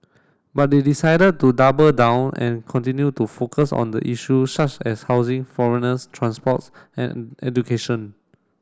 but they decided to double down and continue to focus on the issue such as housing foreigners transports and education